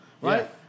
right